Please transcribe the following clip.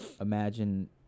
imagine